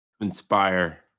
inspire